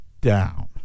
down